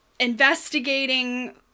investigating